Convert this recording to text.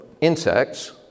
insects